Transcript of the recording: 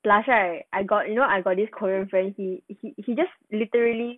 plus right I got you know I got this korean friend he he he just literally